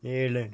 ஏழு